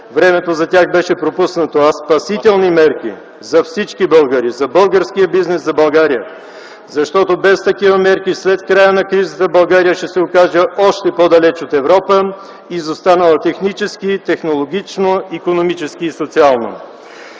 времето за тях беше пропуснато, а спасителни мерки за всички българи, за българския бизнес, за България. Защото без такива мерки след края на кризата България ще се окаже още по-далече от Европа и изостанала технически, технологично, икономически и социално.